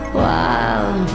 wild